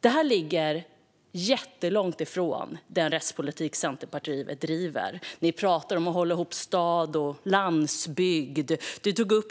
Detta ligger jättelångt ifrån den rättspolitik Centerpartiet driver. Ni pratar om att hålla ihop stad och landsbygd. I